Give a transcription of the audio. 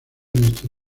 nuestra